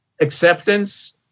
acceptance